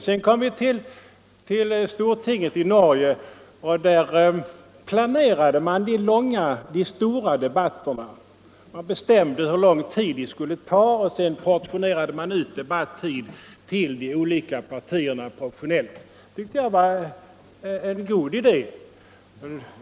Sedan kom vi till stortinget i Norge. Där planerade man i förväg de stora debatterna. Man bestämde hur lång tid de skulle ta, och sedan portionerade man ut debattid till de olika partierna proportionellt. Det tyckte jag var en bra åtgärd.